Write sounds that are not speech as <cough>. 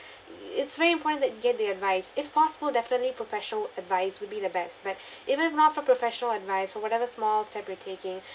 it's very important that you get the advice if possible definitely professional advice would be the best but <breath> even if not for professional advice or whatever small step you're taking